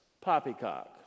Poppycock